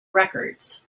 records